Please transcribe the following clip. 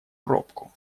пробку